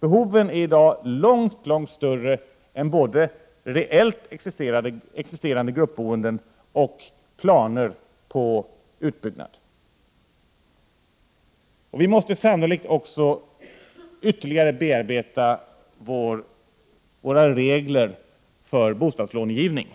Behoven är i dag långt större än både reellt existerande gruppboende och gruppboendet efter planerad utbyggnad. Vi måste sannolikt också ytterligare bearbeta våra regler för bostadslånegivning.